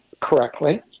correctly